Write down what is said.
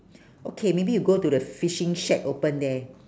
okay maybe you go to the fishing shack open there